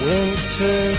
Winter